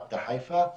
עכו וחיפה.